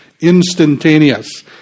instantaneous